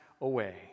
away